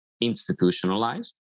institutionalized